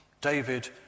David